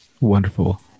Wonderful